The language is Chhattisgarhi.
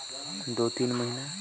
ईफको ल कतना बर उपयोग करथे और कब कब?